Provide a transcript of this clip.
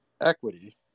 equity